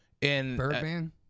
Birdman